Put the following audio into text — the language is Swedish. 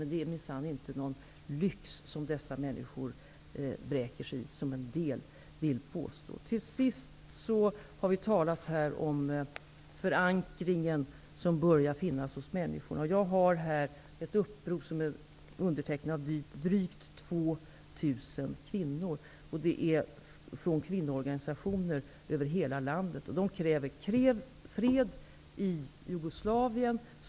Men det är minsann inte någon lyx som dessa människor vräker sig i, som en del vill påstå. Till sist har vi här talat om förankringen som börjar finnas hos människorna. Jag har här ett upprop som är undertecknat av drygt 2 000 kvinnor. Det är från kvinnoorganisationer över hela landet. De säger: Kräv fred i Jugoslavien!